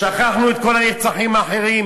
שכחנו את כל הנרצחים האחרים: